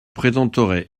présenterai